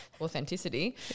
authenticity